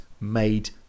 made